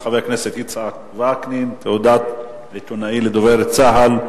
של חבר הכנסת יצחק וקנין: תעודת עיתונאי לדובר צה"ל,